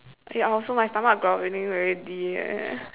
eh I also my stomach growling already leh